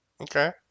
Okay